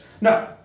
No